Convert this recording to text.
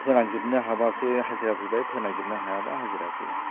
फोनांजोबनो हाबासो हाजिरा फैबाय फोनांजोबनो हायाबा हाजिरा फैया